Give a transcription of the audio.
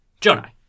Jonai